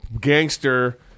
gangster